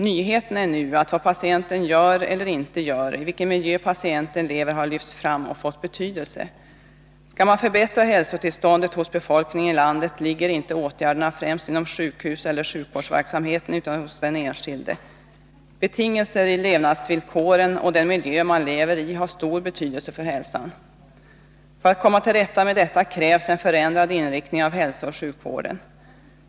Nyheten är nu att vad patienten gör eller inte gör och vilken miljö patienten lever i har lyfts fram och fått betydelse. Skall man förbättra hälsotillståndet hos befolkningen i landet, bör man inte lägga ansvaret för åtgärderna främst inom sjukhuseller sjukvårdsverksamheten, utan hos den enskilde. Betingelser i levnadsvillkoren och den miljö man lever i har stor betydelse för hälsan. För att komma till rätta med detta krävs en förändrad inriktning av hälsooch sjukvården.